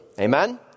Amen